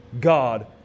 God